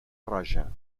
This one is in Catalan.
roja